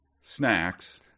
snacks